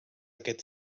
aquest